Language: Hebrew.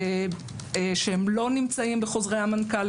שהם לא נמצאים בחוזרי מנכ"ל,